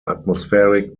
atmospheric